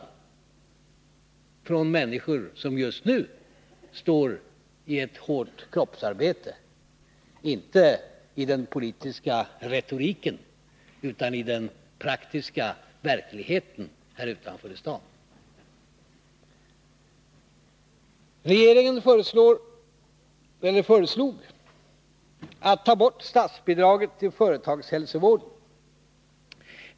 De kommer från människor som just nu står i ett hårt kroppsarbete, inte i den politiska retoriken utan i den praktiska verkligheten i staden här utanför. Regeringen föreslog att statsbidraget till företagshälsovården skulle tas bort.